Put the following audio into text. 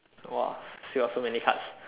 !whoa! still got so many cards